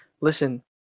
Listen